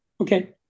okay